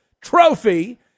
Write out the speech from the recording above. trophy